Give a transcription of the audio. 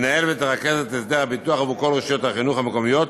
תנהל ותרכז את הסדר הביטוח עבור כל רשויות החינוך המקומיות